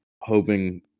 hoping